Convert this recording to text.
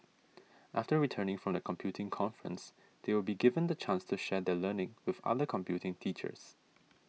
after returning from the computing conference they will be given the chance to share their learning with other computing teachers